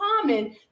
common